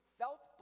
felt